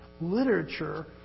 literature